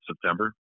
September